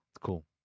cool